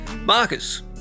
Marcus